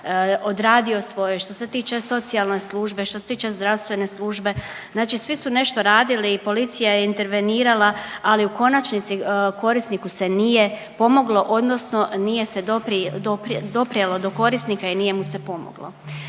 odradio svoj, što se tiče socijalne službe, štto se tiče zdravstvene služe, znači svi su nešto radili i policija je intervenirala, ali u konačnici korisniku se nije pomoglo odnosno nije se doprinjelo do korisnika i nije mu se pomoglo.